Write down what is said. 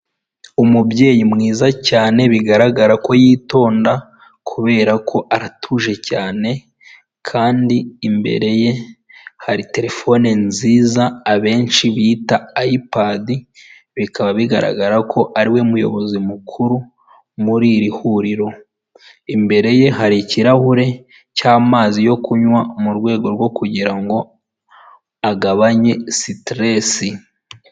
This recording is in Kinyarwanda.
Ku mihanda migari aho umuntu yambukira haba hari uturongo tw'umweru dutambitse. Umugenzi iyo agiye kwambuka arabanza akareba neza ko nta kinyabiziga kiri hafi kiri kwambukiranya umuhanda bityo akambuka. Ikinyabiziga nacyo iyo kigeze kuri iyi mirongo kigabanya umuvuduko ndetse kikanahagarara rimwe na rimwe.